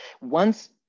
Once-